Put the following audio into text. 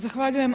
Zahvaljujem.